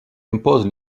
imposent